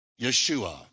Yeshua